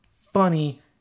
funny